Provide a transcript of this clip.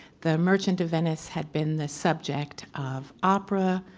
the merchant of venice had been the subject of opera,